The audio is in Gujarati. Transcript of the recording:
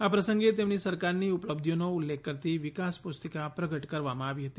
આ પ્રસંગે તેમની સરકારની ઉપલબ્ધિઓનો ઉલ્લેખ કરતી વિકાસ પુસ્તિકા પ્રગટ કરવામાં આવી હતી